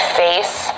face